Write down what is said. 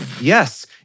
Yes